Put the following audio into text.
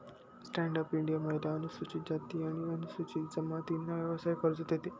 stand up India महिला, अनुसूचित जाती आणि अनुसूचित जमातींना व्यवसाय कर्ज देते